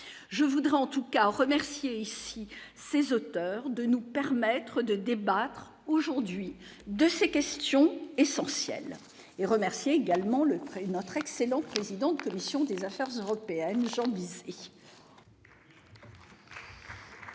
je voudrais, en tout cas, remercié ici ses auteurs de nous permettre de débattre aujourd'hui de ces questions essentielles et remercier également le notre excellent président commission des Affaires européennes, Jean Bizet.